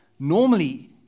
Normally